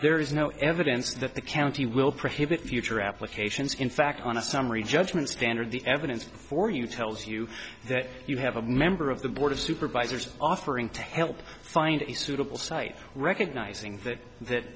there is no evidence that the county will prohibit future applications in fact on a summary judgment standard the evidence for you tells you that you have a member of the board of supervisors offering to help find a suitable site recognizing that that